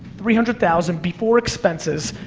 three hundred thousand before expenses,